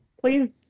please